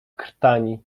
krtani